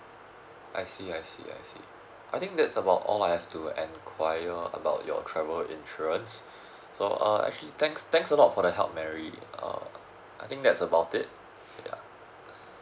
I see I see I see I think that's about all I have to inquire about your travel insurance so uh actually thanks thanks a lot for the help mary uh I think that's about it ya